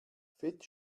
fett